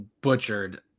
butchered